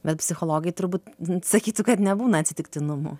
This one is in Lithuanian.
bet psichologai turbūt sakytų kad nebūna atsitiktinumų